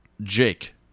Jake